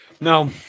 no